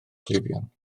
cleifion